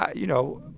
ah you know,